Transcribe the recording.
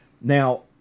Now